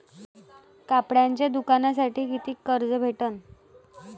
कापडाच्या दुकानासाठी कितीक कर्ज भेटन?